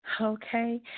Okay